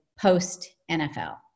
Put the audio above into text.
post-NFL